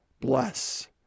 bless